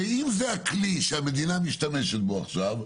הרי אם זה הכלי שהמדינה משתמשת בו עכשיו,